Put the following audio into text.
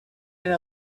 and